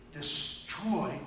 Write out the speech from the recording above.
destroy